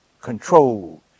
control